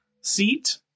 seat